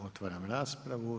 Otvaram raspravu.